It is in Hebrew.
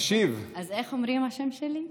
תשיב, אז איך אומרים את השם שלי?